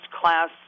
class